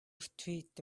streets